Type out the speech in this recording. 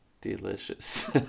delicious